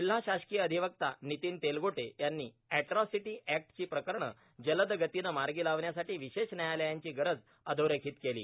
जिल्हा शासकोय अधिवक्ता भिनतीन तेलगोटे यांनी अॅर्ट्रासटो अॅक्टची प्रकरणे जलदगतीनं मार्गा लागण्यासाठी विशेष न्यायालयांची गरज अधोरेरीखत केली